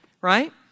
Right